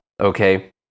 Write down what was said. Okay